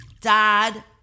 Dad